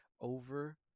over